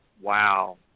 wow